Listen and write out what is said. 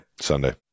Sunday